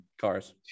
cars